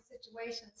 situations